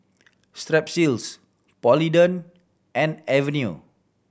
Strepsils Polident and Avenue